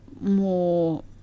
more